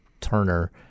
Turner